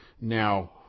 now